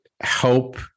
help